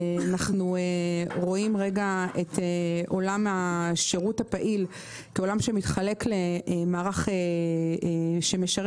אנחנו רואים את עולם השירות הפעיל כעולם שמתחלק למערך משרת